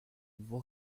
vous